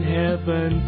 heaven